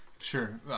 Sure